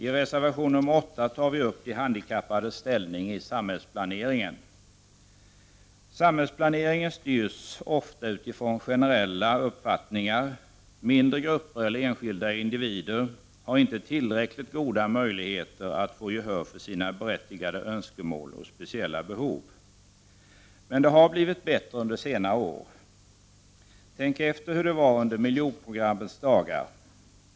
I reservation nr 8 tar vi upp de handikappades ställning i samhällsplaneringen. Samhällsplaneringen styrs ofta utifrån generella uppfattningar. Mindre grupper eller enskilda individer har inte tillräckligt goda möjligheter att få gehör för sina berättigade önskemål och speciella behov. Det har dock blivit bättre under senare år. Tänk efter hur det var under miljonprogrammets dagar!